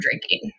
drinking